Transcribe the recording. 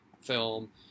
film